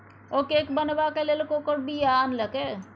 ओ cake बनेबाक लेल कोकोक बीया आनलकै